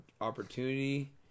opportunity